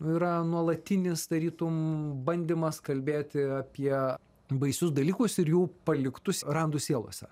nu yra nuolatinis tarytum bandymas kalbėti apie baisius dalykus ir jų paliktus randus sielose